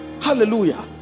Hallelujah